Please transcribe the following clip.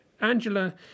Angela